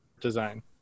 design